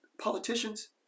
politicians